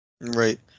Right